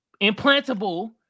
implantable